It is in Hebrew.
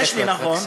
בבקשה.